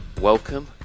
Welcome